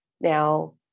Now